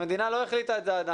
המדינה לא החליטה על כך.